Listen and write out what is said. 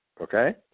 Okay